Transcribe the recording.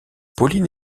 pauline